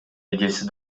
эжеси